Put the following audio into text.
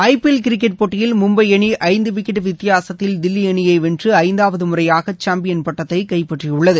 ஐ P L cricket போட்டியில் மும்பை அணி ஐந்து விக்கெட் வித்தியாசத்தில் தில்லி அணியை வென்று ஐந்தாவது முறையாக சாம்பியன் பட்டத்தை கைப்பற்றியுள்ளது